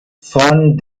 von